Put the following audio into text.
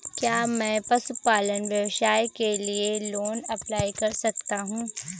क्या मैं पशुपालन व्यवसाय के लिए लोंन अप्लाई कर सकता हूं?